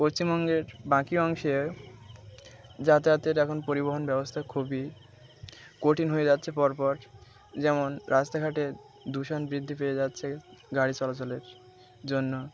পশ্চিমবঙ্গের বাকি অংশে যাতায়াতের এখন পরিবহন ব্যবস্থা খুবই কঠিন হয়ে যাচ্ছে পর পর যেমন রাস্তাঘাটে দূষণ বৃদ্ধি পেয়ে যাচ্ছে গাড়ি চলাচলের জন্য